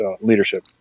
leadership